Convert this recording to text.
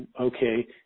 okay